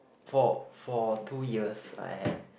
for for two years I had